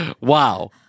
Wow